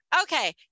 Okay